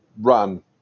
run